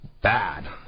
bad